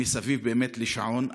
מסביב לשעון,